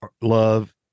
love